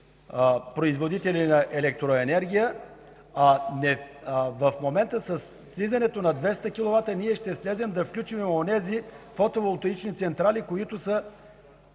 производители на електроенергия. В момента с приемането на „200 киловата” ние ще слезем и ще включим онези фотоволтаични централи, които са